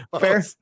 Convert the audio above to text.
fair